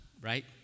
right